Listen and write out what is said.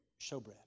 showbread